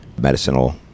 medicinal